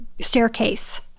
staircase